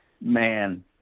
man